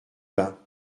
bains